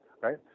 right